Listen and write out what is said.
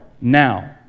now